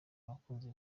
abakunzi